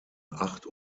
acht